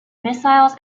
missiles